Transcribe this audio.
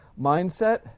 Mindset